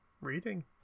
reading